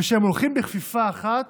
ושהם הולכים בכפיפה אחת